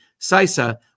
CISA